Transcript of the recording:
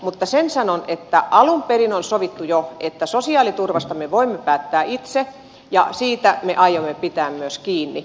mutta sen sanon että jo alun perin on sovittu että sosiaaliturvasta me voimme päättää itse ja siitä me aiomme pitää myös kiinni